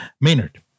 Maynard